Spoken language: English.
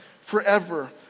forever